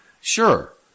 sure